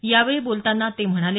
यावेळी बोलतांना ते म्हणाले